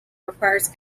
requires